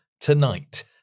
Tonight